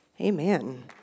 Amen